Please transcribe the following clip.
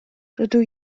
rydw